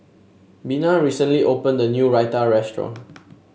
Bena recently opened a new Raita Restaurant